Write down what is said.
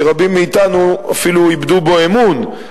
שרבים מאתנו אפילו איבדו בו אמון,